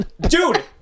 Dude